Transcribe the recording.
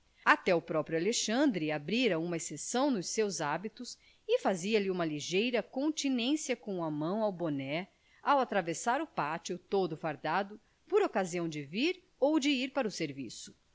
até o próprio alexandre abria uma exceção nos seus hábitos e fazia-lhe uma ligeira continência com a mão no boné ao atravessar o pátio todo fardado por ocasião de vir ou ir para o serviço